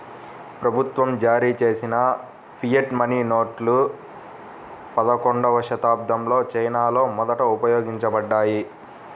ప్రభుత్వం జారీచేసిన fiat money నోట్లు పదకొండవ శతాబ్దంలో చైనాలో మొదట ఉపయోగించబడ్డాయి